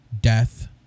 death